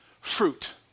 Fruit